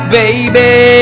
baby